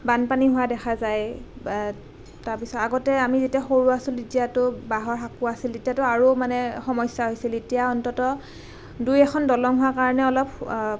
বানপানী হোৱা দেখা যায় তাৰপিছত আগতে আমি যেতিয়া সৰু আছিলোঁ তেতিয়াতো বাঁহৰ সাঁকো আছিল তেতিয়াতো আৰু মানে সমস্যা হৈছিল এতিয়া অন্ততঃ দুই এখন দলং হোৱা কাৰণে অলপ